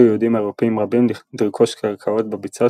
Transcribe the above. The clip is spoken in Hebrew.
החלו יהודים-אירופאים רבים לרכוש קרקעות בביצות